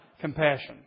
compassion